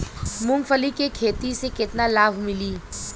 मूँगफली के खेती से केतना लाभ मिली?